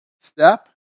step